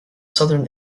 southern